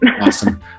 awesome